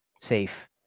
safe